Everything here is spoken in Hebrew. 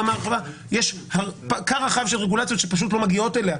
יש כר רחב של רגולציות שפשוט לא מגיעות אליה.